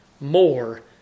More